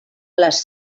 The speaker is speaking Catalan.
les